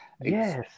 Yes